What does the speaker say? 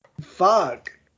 Fuck